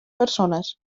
persones